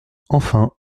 enfin